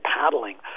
paddling